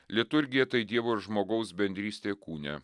liturgija tai dievo ir žmogaus bendrystė kūne